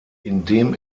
indem